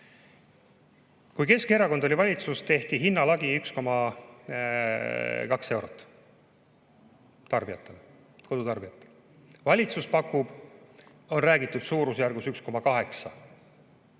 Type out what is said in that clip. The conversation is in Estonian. Kui Keskerakond oli valitsuses, tehti hinnalagi 1,2 eurot tarbijatele, kodutarbijatele. Valitsus on rääkinud suurusjärgust 1,8 ehk